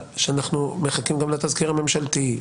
ואנחנו מחכים גם לתזכיר הממשלתי.